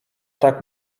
tak